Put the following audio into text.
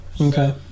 Okay